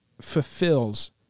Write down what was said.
fulfills